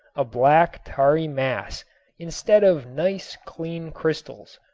a black, tarry mass instead of nice, clean crystals.